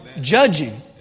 judging